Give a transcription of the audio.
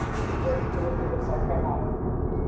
ᱦᱮᱸ ᱧᱤᱫᱟᱹ ᱵᱷᱤᱛᱨᱤ ᱨᱮᱜᱮ ᱡᱚᱛᱚᱣᱟᱜ ᱪᱟᱵᱟᱭᱮᱱᱟ